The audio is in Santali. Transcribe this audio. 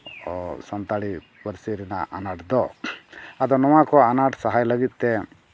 ᱥᱟᱱᱛᱟᱲᱤ ᱯᱟᱹᱨᱥᱤ ᱨᱮᱱᱟᱜ ᱟᱱᱟᱴ ᱫᱚ ᱟᱫᱚ ᱱᱚᱣᱟ ᱠᱚ ᱟᱱᱟᱴ ᱥᱟᱦᱟᱭ ᱞᱟᱹᱜᱤᱫᱛᱮ